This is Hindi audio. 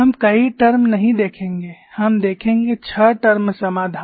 हम कई टर्म नहीं देखेंगे हम देखेंगे छ टर्म समाधान